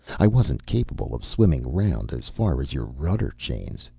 i wasn't capable of swimming round as far as your rudder chains.